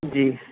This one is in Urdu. جی